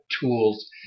tools